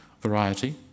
variety